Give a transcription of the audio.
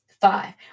Five